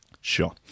Sure